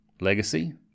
legacy